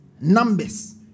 Numbers